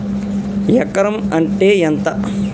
ఎకరం అంటే ఎంత?